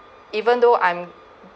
even though I'm